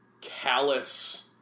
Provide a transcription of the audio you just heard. callous